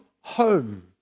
home